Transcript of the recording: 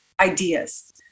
ideas